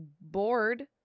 bored